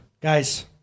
Guys